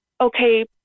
okay